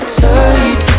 tight